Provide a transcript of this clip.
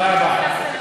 תודה רבה.